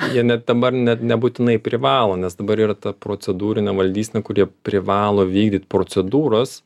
jie net dabar net nebūtinai privalo nes dabar yra ta procedūrinė valdysena kur jie privalo vykdyt procedūras